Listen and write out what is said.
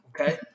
okay